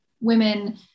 women